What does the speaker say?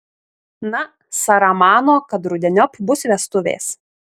na sara mano kad rudeniop bus vestuvės